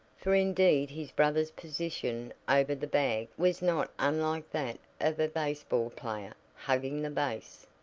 for indeed his brother's position over the bag was not unlike that of a baseball player hugging the base.